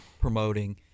promoting